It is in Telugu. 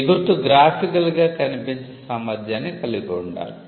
ఈ గుర్తు గ్రాఫికల్గా కనిపించే సామర్థ్యాన్ని కలిగి ఉండాలి